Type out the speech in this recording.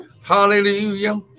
Hallelujah